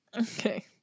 Okay